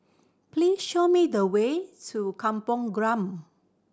please show me the way to Kampong Glam